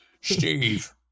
Steve